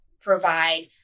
provide